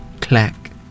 clack